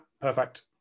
perfect